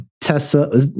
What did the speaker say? Tessa